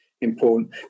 important